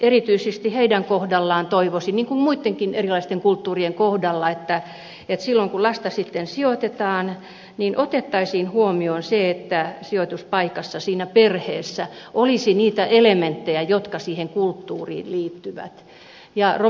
erityisesti heidän kohdallaan toivoisin niin kuin muittenkin erilaisten kulttuurien kohdalla että silloin kun lasta sitten sijoitetaan otettaisiin huomioon se että sijoituspaikassa siinä perheessä olisi niitä elementtejä jotka siihen kulttuuriin liittyvät